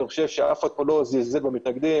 אני חושב שאף אחד כאן לא זלזל במתנגדים.